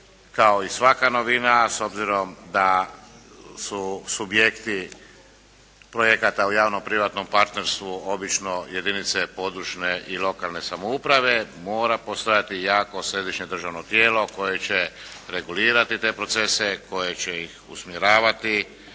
kao i svaka novina, a s obzirom da su subjekti projekata u javnom privatnom partnerstvu obično jedinice područne i lokalne samouprave mora postojati jako središnje državno tijelo koje će regulirati te procese, koje će ih usmjeravati,